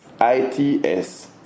I-T-S